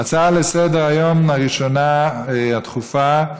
ההצעה לסדר-היום הראשונה, הדחופה,